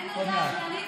אין על גפני.